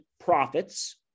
profits